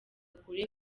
kure